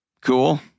Cool